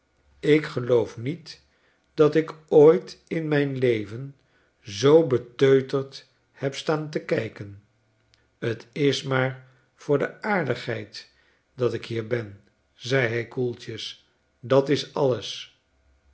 ik geloof niet dat ik ooit in myn leven zoo beteuterd heb staan te kijken t is maar voor de aardigheid dat ik hier ben zei hij koeltjes dat's alles